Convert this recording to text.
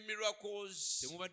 miracles